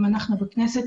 אם אנחנו בכנסת,